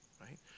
right